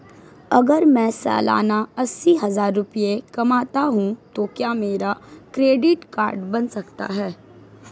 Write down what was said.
अगर मैं सालाना अस्सी हज़ार रुपये कमाता हूं तो क्या मेरा क्रेडिट कार्ड बन सकता है?